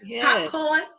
Popcorn